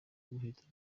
guhitamo